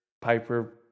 Piper